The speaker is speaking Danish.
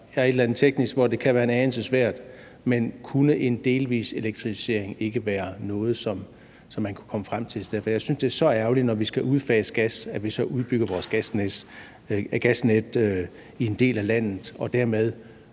det kan være en anelse svært, men kunne en delvis elektrificering ikke være noget, som man kunne komme frem til i stedet? For jeg synes, det er så ærgerligt, at vi, når vi skal udfase gassen, så udbygger vores gasnet i en del af landet og dermed